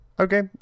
Okay